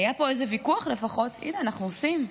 היה פה איזה ויכוח לפחות, הינה אנחנו עושים.